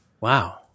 Wow